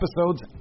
episodes